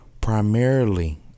primarily